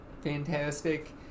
fantastic